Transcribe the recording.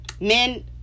Men